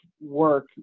work